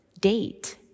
date